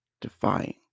defying